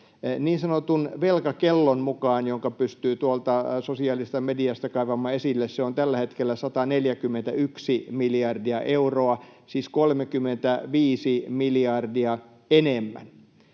niin sanotun velkakellon mukaan, jonka pystyy tuolta sosiaalisesta mediasta kaivamaan esille. Se on tällä hetkellä 141 miljardia euroa, siis 35 miljardia enemmän.